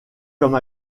comme